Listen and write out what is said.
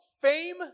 fame